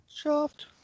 Shaft